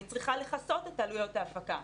אני צריכה לכסות את עלויות ההפקה,